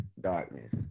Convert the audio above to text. darkness